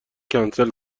کنسل